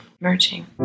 merging